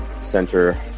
center